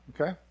Okay